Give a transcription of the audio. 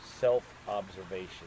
self-observation